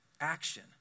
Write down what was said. action